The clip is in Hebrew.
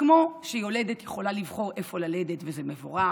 כמו שיולדת יכולה לבחור איפה ללדת, וזה מבורך,